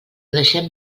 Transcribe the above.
deixem